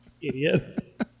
idiot